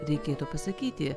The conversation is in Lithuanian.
reikėtų pasakyti